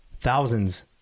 thousands